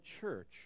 church